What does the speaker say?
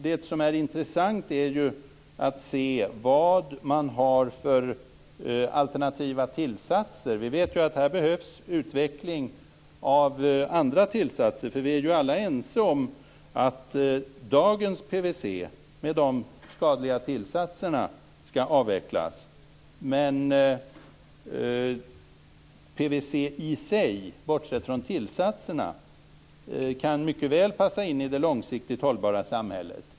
Det som är intressant är ju att se vad man har för alternativa tillsatser. Vi vet ju att det behövs utveckling av andra tillsatser. Vi är ju alla ense om att dagens PVC med de skadliga tillsatserna skall avvecklas. Men PVC i sig, bortsett från tillsatserna, kan mycket väl passa in i det långsiktigt hållbara samhället.